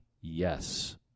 yes